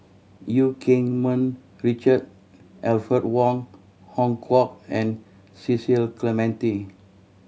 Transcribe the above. Eu Keng Mun Richard Alfred Wong Hong Kwok and Cecil Clementi